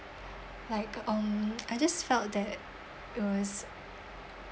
like um I just felt that it was